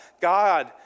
God